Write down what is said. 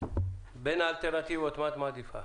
בין האלטרנטיבות, מה את מעדיפה?